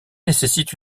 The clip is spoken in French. nécessite